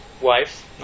wives